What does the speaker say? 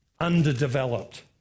underdeveloped